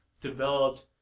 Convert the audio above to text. developed